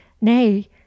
Nay